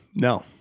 No